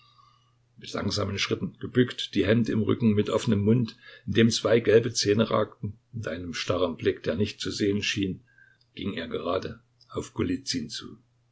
mit langsamen schritten gebückt die hände im rücken mit offenem mund in dem zwei gelbe zähne ragten und einem starren blick der nicht zu sehen schien ging er gerade auf golizyn zu